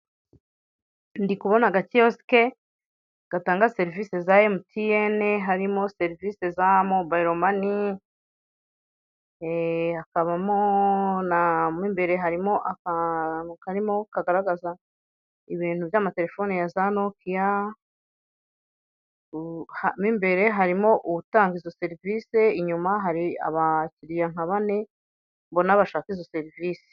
Ndi kubona agakiyosike gatanga serivisi za emutiyene. Harimo serivise za mobayiro mane, mw'imbere harimo aka karimo kagaragaza ibintu by'amatelefoni yaza nokiya. Mu imbere harimo utanga izo serivisi, inyuma hari abakiriya nka bane. Ubona bashaka izo serivise.